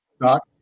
Doc